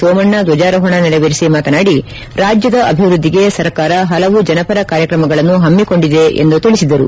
ಸೋಮಣ್ಣ ಧ್ಲಜಾರೋಹಣ ನೆರವೇರಿಸಿ ಮಾತನಾಡಿ ರಾಜ್ಯದ ಅಭಿವೃದ್ಧಿಗೆ ಸರ್ಕಾರ ಹಲವು ಜನಪರ ಕಾರ್ಯಕ್ರಮಗಳನ್ನು ಹಮ್ಮಿಕೊಂಡಿದೆ ಎಂದು ತಿಳಿಸಿದರು